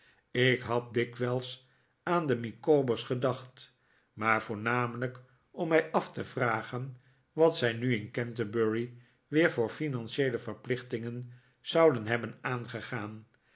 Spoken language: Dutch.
ik had dikwijls aan de micawber's gedacht maar voornamelijk om mij af te vragen wat zij nu in canterbury weer voor financieele verplichtingen zouden hebben aangegaan